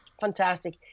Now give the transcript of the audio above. fantastic